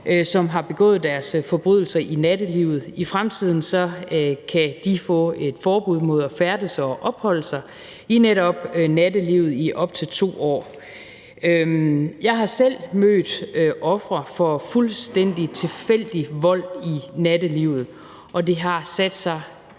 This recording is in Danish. som har begået deres forbrydelse i nattelivet. I fremtiden kan de få et forbud mod at færdes og opholde sig i netop nattelivet i op til 2 år. Jeg har selv mødt ofre for fuldstændig tilfældig vold i nattelivet, og det har af